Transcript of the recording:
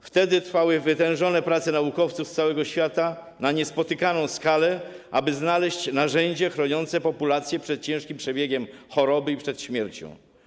Wtedy trwały wytężone prace naukowców z całego świata na niespotykaną skalę, aby znaleźć narzędzie chroniące populację przed ciężkim przebiegiem choroby i przed śmiercią.